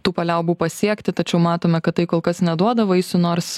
tų paliaubų pasiekti tačiau matome kad tai kol kas neduoda vaisių nors